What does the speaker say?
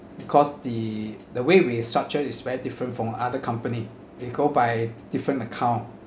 because the the way we structured is very different from other company they go by different account